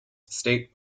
state